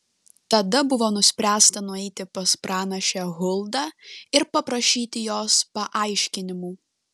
tada buvo nuspręsta nueiti pas pranašę huldą ir paprašyti jos paaiškinimų